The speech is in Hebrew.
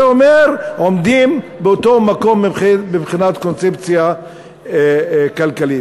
זה אומר שעומדים באותו מקום מבחינת קונספציה כלכלית,